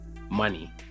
money